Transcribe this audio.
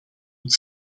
het